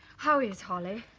how is holly?